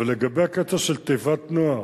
אבל לגבי הקטע של "תיבת נח",